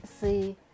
See